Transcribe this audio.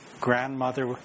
grandmother